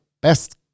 best